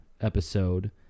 episode